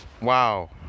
Wow